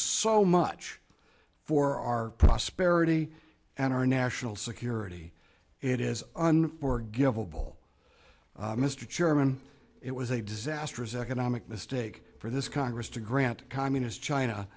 so much for our prosperity and our national security it is unforgivable mr chairman it was a disastrous economic mistake for this congress to grant communist china